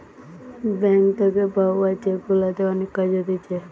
bank থাকে পাওয়া cheque গুলাতে অনেক কাজ হতিছে